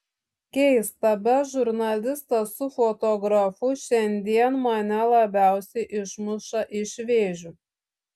keista bet žurnalistas su fotografu šiandien mane labiausiai išmuša iš vėžių